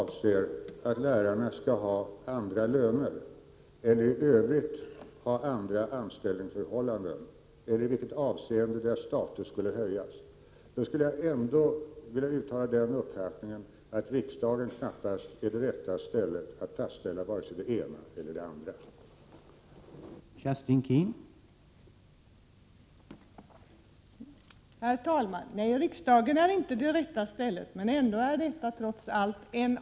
Herr talman! Om Kerstin Keen med det hon säger om att höja lärarnas status avser att lärarna skall ha andra löner eller i övrigt ha andra anställningsförhållanden, vill jag uttala den uppfattningen att det knappast är riksdagens sak att fastställa vare sig löner eller andra villkor.